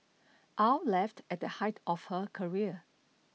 Aw left at the height of her career